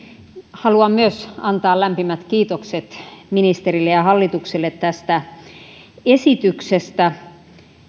haluan myös antaa lämpimät kiitokset ministerille ja ja hallitukselle tästä esityksestä